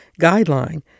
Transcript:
Guideline